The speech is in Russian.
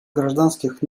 гражданских